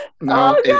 no